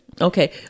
okay